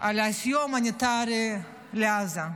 על הסיוע ההומניטרי לעזה,